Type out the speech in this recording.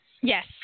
Yes